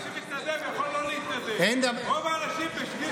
אתה לא שומע כלום.